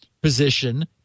position